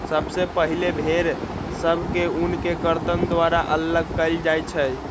सबसे पहिले भेड़ सभ से ऊन के कर्तन द्वारा अल्लग कएल जाइ छइ